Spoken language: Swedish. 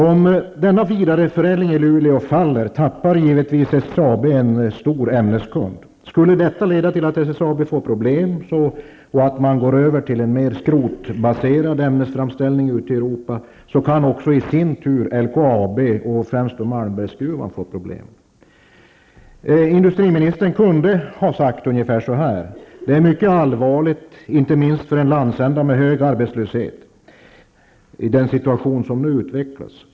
Om denna vidareförädling i Luleå faller tappar SSAB givetvis en stor ämneskund. Skulle detta leda till att SSAB får problem och att man går över till en mer skrotbaserad ämnesframställning ute i Europa kan LKAB i sin tur, och då främst Industriministern kunde ha sagt ungefär så här: Den situation som nu utvecklas är mycket allvarlig, inte minst för en landsända med stor arbetslöshet.